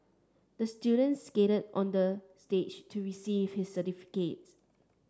the student skated on the stage to receive his certificate